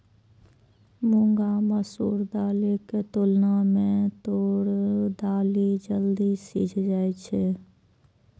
मूंग आ मसूर दालिक तुलना मे तूर दालि जल्दी सीझ जाइ छै